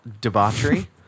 debauchery